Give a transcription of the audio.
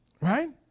Right